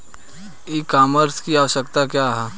ई कॉमर्स की आवशयक्ता क्या है?